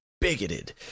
bigoted